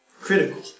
critical